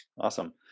Awesome